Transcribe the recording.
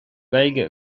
gaeilge